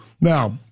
Now